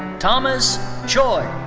thomas choi.